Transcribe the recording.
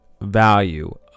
value